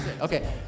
Okay